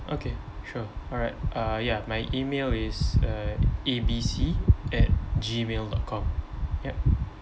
okay sure alright uh ya my email is uh A B C at gmail dot com yup